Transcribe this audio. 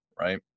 right